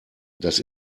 das